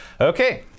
Okay